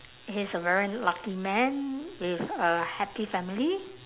he is a very lucky man with a happy family